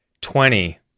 twenty